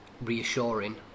reassuring